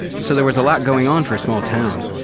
so there was a lot going on for a small town.